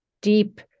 deep